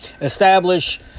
establish